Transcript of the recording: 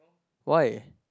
why